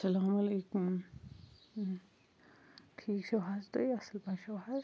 اَلسَلامُ علیکُم ٹھیٖک چھو حظ تُہۍ اصٕل پٲٹھۍ چھو حظ